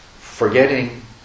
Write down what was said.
forgetting